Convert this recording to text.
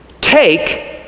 take